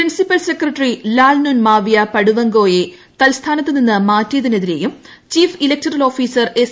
principal secretary Lalnunmawia പടുവങ്കോയേയും തൽസ്ഥാനത്ത് നിന്ന് മാറ്റിയതിനെതിരെയും ചീഫ് ഇലക്ടറൽ ഓഫീസർ എസ്